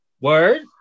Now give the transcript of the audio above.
Word